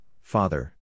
father